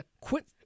quit